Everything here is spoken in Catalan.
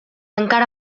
encara